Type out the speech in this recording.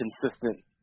consistent